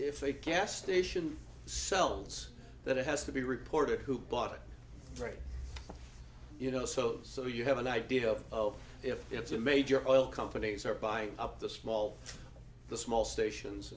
if they can't station sells that it has to be reported who bought it right you know so so you have an idea of if it's a major oil companies are buying up the small the small stations